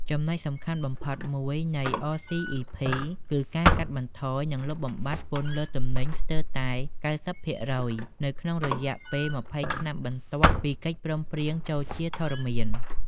ចំណុចសំខាន់បំផុតមួយនៃ អ សុី អុី ភី (RCEP) គឺការកាត់បន្ថយ និងលុបបំបាត់ពន្ធលើទំនិញស្ទើរតែ ៩០% នៅក្នុងរយៈពេល ២០ ឆ្នាំបន្ទាប់ពីកិច្ចព្រមព្រៀងចូលជាធរមាន។